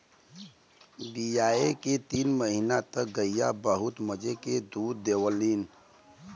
बियाये के तीन महीना तक गइया बहुत मजे के दूध देवलीन